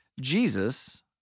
Jesus